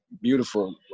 beautiful